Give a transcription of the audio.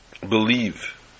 believe